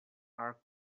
our